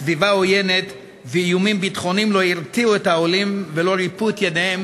סביבה עוינת ואיומים ביטחוניים לא הרתיעו את העולים ולא ריפו את ידיהם